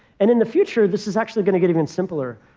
and in the future, this is actually going to get even simpler.